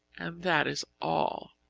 and that is all.